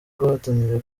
guhatanira